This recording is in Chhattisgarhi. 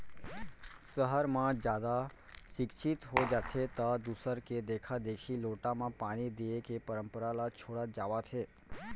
सहर म जादा सिक्छित हो जाथें त दूसर के देखा देखी लोटा म पानी दिये के परंपरा ल छोड़त जावत हें